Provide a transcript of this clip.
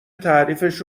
تعریفش